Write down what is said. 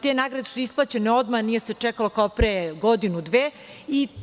Te nagrade su isplaćene odmah, nije se čekalo kao pre godinu do dve.